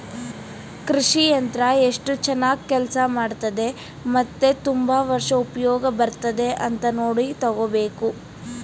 ಕೃಷಿ ಯಂತ್ರ ಎಸ್ಟು ಚನಾಗ್ ಕೆಲ್ಸ ಮಾಡ್ತದೆ ಮತ್ತೆ ತುಂಬಾ ವರ್ಷ ಉಪ್ಯೋಗ ಬರ್ತದ ಅಂತ ನೋಡಿ ತಗೋಬೇಕು